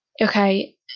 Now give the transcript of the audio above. Okay